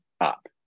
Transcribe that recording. up